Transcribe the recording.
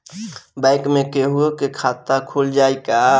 Bank में केहूओ के खाता खुल जाई का?